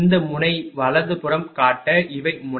இந்த முனையை வலதுபுறம் காட்ட இவை முனை